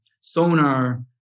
Sonar